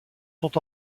sont